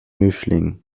mischling